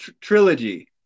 trilogy